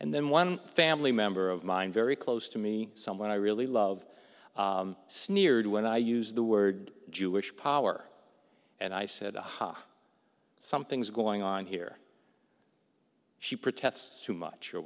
and then one family member of mine very close to me someone i really love sneered when i use the word jewish power and i said aha something's going on here she protests too much or